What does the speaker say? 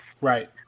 right